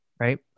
Right